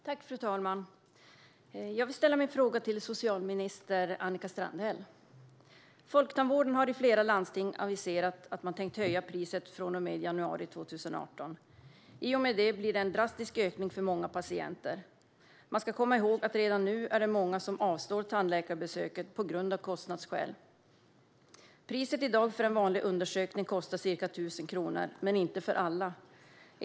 Fru talman! Jag vill ställa min fråga till socialminister Annika Strandhäll. Folktandvården i flera landsting har aviserat att man tänker höja priset från och med januari 2018. I och med detta blir det en drastisk höjning för många patienter. Vi ska komma ihåg att det redan nu är många som avstår från tandläkarbesök av kostnadsskäl. Priset i dag för en vanlig undersökning är ca 1 000 kronor, men inte för alla.